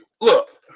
look